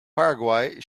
paraguay